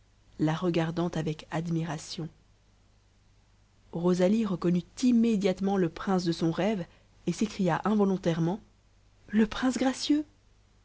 la regardant avec admiration rosalie reconnut immédiatement le prince de son rêve et s'écria involontairement le prince gracieux